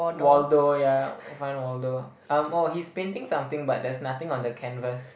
Waldo yeah find Waldo I'm oh he's pending something but there's nothing on the canvas